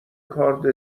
کارد